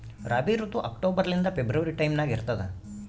ರಾಬಿ ಋತು ಅಕ್ಟೋಬರ್ ಲಿಂದ February time ನಾಗ ಇರ್ತದ